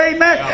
Amen